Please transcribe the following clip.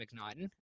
McNaughton